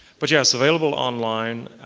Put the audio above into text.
but yes, available online.